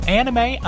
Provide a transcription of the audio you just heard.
anime